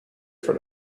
for